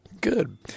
good